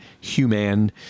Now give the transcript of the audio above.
human